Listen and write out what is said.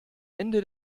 ende